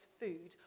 food